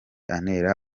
antera